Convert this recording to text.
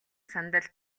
сандал